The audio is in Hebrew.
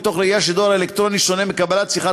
מתוך ראייה שדואר אלקטרוני שונה מקבלת שיחת